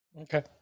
Okay